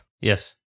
Yes